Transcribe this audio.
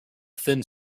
thin